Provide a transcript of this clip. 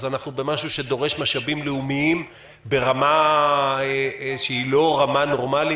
אז אנחנו במשהו שדורש משאבים לאומיים ברמה לא נורמלית,